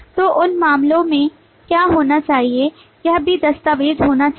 तो उन मामलों में क्या होना चाहिए यह भी दस्तावेज होना चाहिए